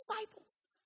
disciples